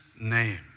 name